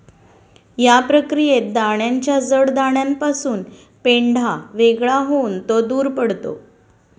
या प्रक्रियेत दाण्याच्या जड दाण्यापासून पेंढा वेगळा होऊन तो दूर पडतो